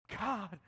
God